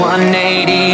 180